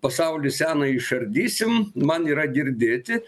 pasaulį seną išardysim man yra girdėti